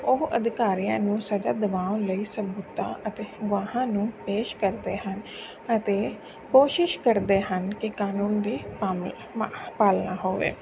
ਉਹ ਅਧਿਕਾਰੀਆਂ ਨੂੰ ਸਜ਼ਾ ਦਵਾਉਣ ਲਈ ਸਬੂਤਾਂ ਅਤੇ ਗਵਾਹਾਂ ਨੂੰ ਪੇਸ਼ ਕਰਦੇ ਹਨ ਅਤੇ ਕੋਸ਼ਿਸ਼ ਕਰਦੇ ਹਨ ਕਿ ਕਾਨੂੰਨ ਦੀ ਭਾਵੇਂ ਮ ਪਾਲਣਾ ਹੋਵੇ